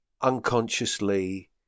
unconsciously